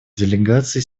делегации